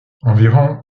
environ